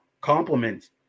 compliments